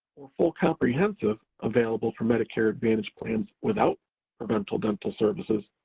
or full comprehensive, available for medicare advantage plans without preventive dental services,